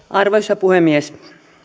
arvoisa puhemies